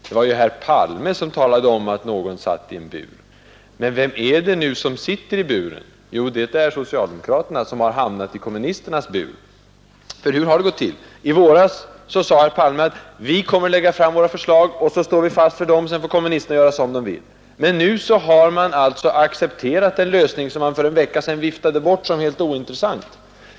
Det var ju herr Palme som talade om att någon satt i en bur. Men vem är det nu som sitter i buren? Jo, det är socialdemokraterna som har hamnat i kommunisternas bur. Och hur har det gått till? I våras sade herr Palme att vi kommer att lägga fram våra förslag, dem står vi fast vid, och sedan får kommunisterna göra hur de vill. Men nu har man alltså accepterat en lösning som man för en vecka sedan viftade bort som helt ointressant.